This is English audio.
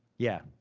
yeah,